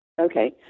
Okay